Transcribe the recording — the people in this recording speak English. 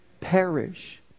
Perish